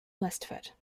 westward